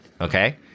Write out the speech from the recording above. okay